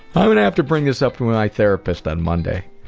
um and have to bring this up and with my therapist on monday.